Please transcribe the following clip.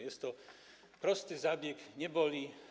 Jest to prosty zabieg, nie boli.